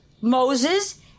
Moses